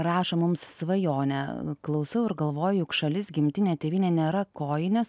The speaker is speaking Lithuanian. rašo mums svajonė klausau ir galvoju juk šalis gimtinė tėvynė nėra kojinės